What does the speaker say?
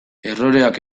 erroreak